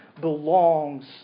belongs